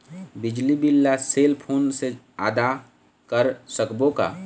बिजली बिल ला cell phone से आदा कर सकबो का?